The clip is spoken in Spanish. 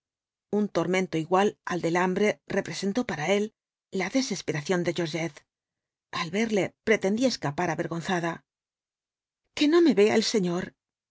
un tormento igual al del hambre representó para él la desesperación de georgette al verle pretendía escapar avergonzada que no me vea el señor